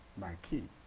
my keep.